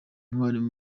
umwarimu